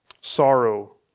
Sorrow